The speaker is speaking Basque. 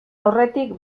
aurretik